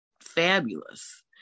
fabulous